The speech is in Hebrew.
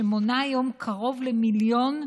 שמונה היום קרוב למיליון תושבים,